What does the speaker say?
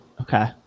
Okay